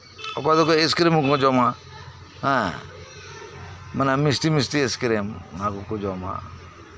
ᱚᱠᱚᱭ ᱫᱚ ᱮᱥᱠᱮᱨᱮᱢ ᱦᱚᱸ ᱠᱚ ᱡᱚᱢᱟ ᱦᱮᱸ ᱢᱟᱱᱮ ᱢᱤᱥᱴᱤ ᱢᱤᱥᱴᱤ ᱮᱥᱠᱮᱨᱮᱢ ᱚᱱᱟ ᱠᱚᱠᱚ ᱡᱚᱢᱟ